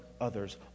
others